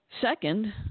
Second